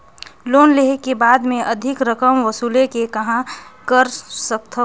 Loan लेहे के बाद मे अधिक रकम वसूले के कहां कर सकथव?